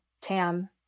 TAM